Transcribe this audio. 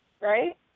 right